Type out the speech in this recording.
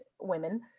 women